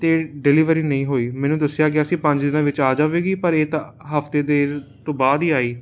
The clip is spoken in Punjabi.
ਅਤੇ ਡਿਲੀਵਰੀ ਨਹੀਂ ਹੋਈ ਮੈਨੂੰ ਦੱਸਿਆ ਗਿਆ ਸੀ ਪੰਜ ਦਿਨਾਂ ਵਿੱਚ ਆ ਜਾਵੇਗੀ ਪਰ ਇਹ ਤਾਂ ਹਫਤੇ ਦੇ ਤੋਂ ਬਾਅਦ ਹੀ ਆਈ